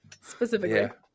Specifically